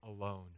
alone